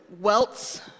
welts